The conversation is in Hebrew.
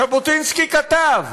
ז'בוטינסקי כתב: